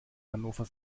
hannover